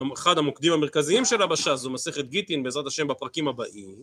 אחד המוקדים המרכזיים של הבשה זו מסכת גיטין בעזרת השם בפרקים הבאים